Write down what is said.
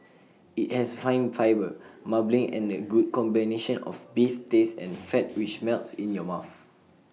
IT has fine fibre marbling and A good combination of beef taste and fat which melts in your mouth